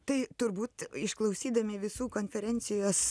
tai turbūt išklausydami visų konferencijos